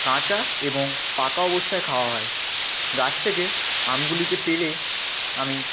কাঁচা এবং পাকা অবস্থায় খাওয়া হয় গাছ থেকে আমগুলিকে পেড়ে আমি